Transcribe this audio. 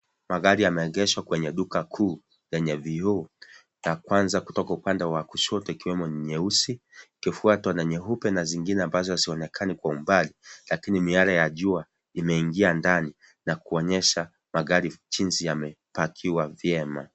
Magari yameegeshwa kwenye duka kuu yenye vioo ya kwanza kutoka upande wa kushoto ikiwa nyeusi ikifuatwa na nyeupe na Zingine ambazohazionekani kwa mbali lakini miale ya jua umeingia ndani na kuonyensha jinsi magari yamepakiwa vyema.